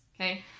okay